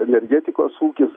energetikos ūkis